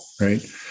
right